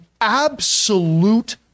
absolute